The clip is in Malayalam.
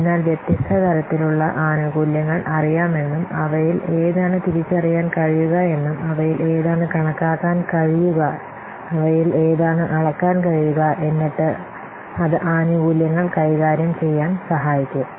അതിനാൽ വ്യത്യസ്ത തരത്തിലുള്ള ആനുകൂല്യങ്ങൾ അറിയാമെന്നും അവയിൽ ഏതാണ് തിരിച്ചറിയാൻ കഴിയുക എന്നും അവയിൽ ഏതാണ് കണക്കാക്കാൻ കഴിയുക അവയിൽ ഏതാണ് അളക്കാൻ കഴിയുക എന്നിട്ട് അത് ആനുകൂല്യങ്ങൾ കൈകാര്യം ചെയ്യാൻ സഹായിക്കും